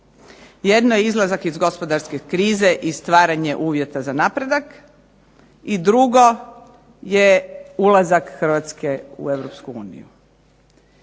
Jedno je izlazak iz gospodarske krize i stvaranje uvjeta za napredak i drugo je ulazak Hrvatske u